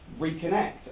reconnect